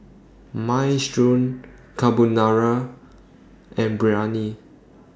Minestrone Carbonara and Biryani